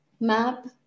map